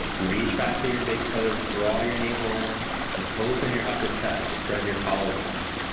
reach back through your big toes, draw your navel in and open your upper chest. spread your collarbones.